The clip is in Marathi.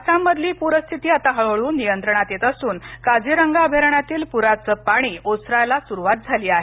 आसाम मधील पूर स्थिती आता हळूहळू नियंत्रणात येतअसून काझीरंगा अभयारण्यातील पूराच पाणी ओसरायला सुरुवात झाली आहे